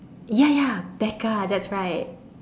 ya ya Becca that's right